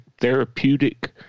therapeutic